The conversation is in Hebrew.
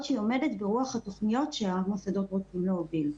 שהיא עומדת ברוח התוכניות שהמוסד רוצה להוביל.